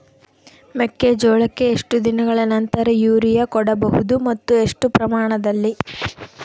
ಮೆಕ್ಕೆಜೋಳಕ್ಕೆ ಎಷ್ಟು ದಿನಗಳ ನಂತರ ಯೂರಿಯಾ ಕೊಡಬಹುದು ಮತ್ತು ಎಷ್ಟು ಪ್ರಮಾಣದಲ್ಲಿ?